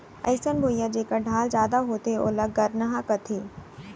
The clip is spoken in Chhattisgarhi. अइसन भुइयां जेकर ढाल जादा होथे ओला गरनहॉं कथें